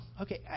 okay